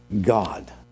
God